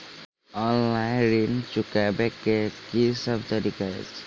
Online ऋण चुकाबै केँ की सब तरीका अछि?